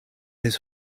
his